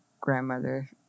grandmother